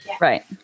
right